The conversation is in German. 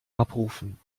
abrufen